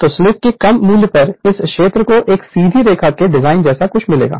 तो स्लीप के कम मूल्य पर इस क्षेत्र को एक सीधी रेखा के डिजाइन जैसा कुछ मिलेगा